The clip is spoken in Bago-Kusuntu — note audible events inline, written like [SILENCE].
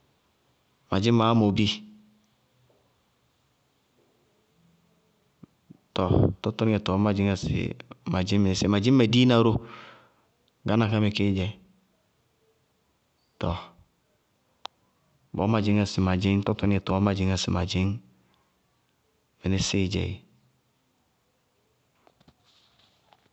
Ma dzɩñŋ maámoobi, [SILENCE] tɔɔ tɔtɔníŋɛ tɔɔ má dzɩñŋá sɩ ma dzɩñŋ mɩnísíɩ dzɛ, ma dzɩñŋ mediina ró, gána ká mɛ kéé dzɛ. Tɔɔ bɔɔ má dzɩñŋá sɩ ma dzɩñŋ, tɔtɔníŋɛ tɔɔ má dzɩñŋá sɩ ma dzɩñŋ mɩnísíɩ dzɛ éé.